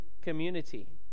community